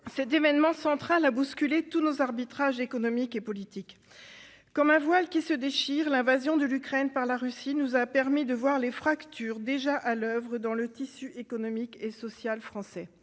Cet événement central a bousculé tous nos arbitrages économiques et politiques. Comme un voile qui se déchire, l'invasion de l'Ukraine par la Russie nous a permis de voir les fractures déjà à l'oeuvre dans le tissu économique et social français.